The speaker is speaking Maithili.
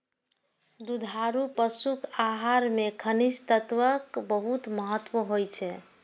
दुधारू पशुक आहार मे खनिज तत्वक बहुत महत्व होइ छै